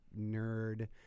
nerd